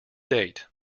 date